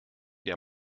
der